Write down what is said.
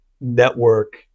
network